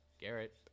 Garrett